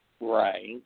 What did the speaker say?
Right